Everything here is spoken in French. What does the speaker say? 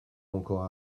encore